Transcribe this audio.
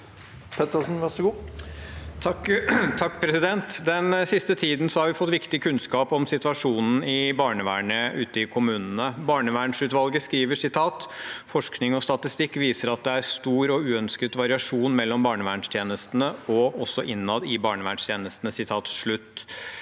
Pettersen (H) «Den siste tiden har vi fått viktig kunnskap om situasjonen i barnevernet i kommunene. Barnevernsutvalget skriver: «Forskning og statistikk viser at det er stor og uønsket variasjon mellom barnevernstjenestene, og også innad i barnevernstjenestene.»